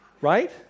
Right